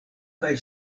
kaj